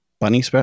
bunny